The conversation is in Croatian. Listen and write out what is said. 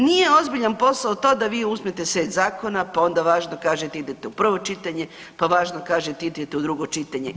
Nije ozbiljan posao to da vi uzmete set zakona pa onda važno kažete idete u prvo čitanje, pa važno kažete idete u drugo pitanje.